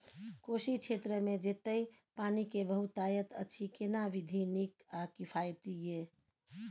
कोशी क्षेत्र मे जेतै पानी के बहूतायत अछि केना विधी नीक आ किफायती ये?